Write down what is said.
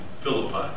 Philippi